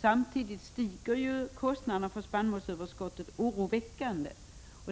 Samtidigt stiger kostnaderna för spannmålsöverskottet oroväckande.